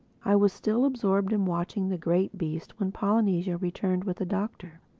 i was still absorbed in watching the great beast when polynesia returned with the doctor.